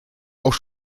auch